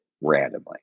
randomly